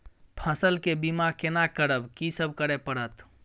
फसल के बीमा केना करब, की सब करय परत?